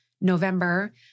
November